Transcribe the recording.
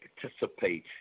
participate